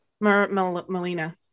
Melina